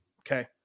Okay